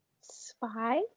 Spy